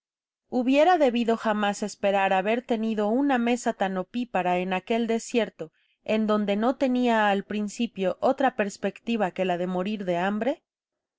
hubiera debido jamás esperar haber tenido una mesa tan opipara en aquel desierto en donde no tenia al principio otra perspectiva que la de morir de hambre